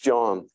John